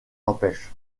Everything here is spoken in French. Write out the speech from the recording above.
empêche